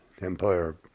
Empire